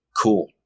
cool